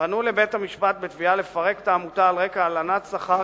פנה לבית-המשפט בתביעה לפרק את העמותה על רקע הלנת שכר,